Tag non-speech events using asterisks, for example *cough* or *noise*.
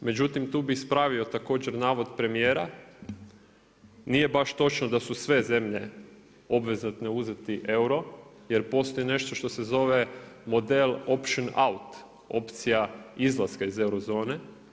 Međutim, tu bi ispravio također navod premjera, nije baš točno da su sve zemlje obvezatne uzeti euro, jer postoji nešto što se zove model … *unintelligible* opcija izlaska iz euro zone.